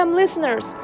listeners